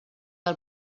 del